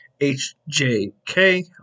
HJK